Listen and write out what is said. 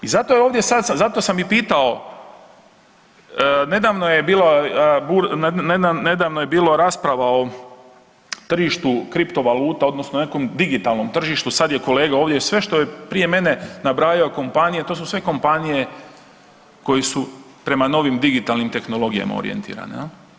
I zato je ovdje sad, zato sam i pitao nedavno je bila, nedavno je bila rasprava o tržištu kriptovaluta odnosno nekom digitalnom tržištu sad je kolega ovdje sve što je prije mene nabrajao kompanije to su sve kompanije koje su prema novim digitalnim tehnologijama orijentirane.